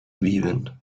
weaving